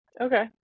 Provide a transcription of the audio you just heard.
Okay